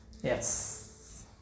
Yes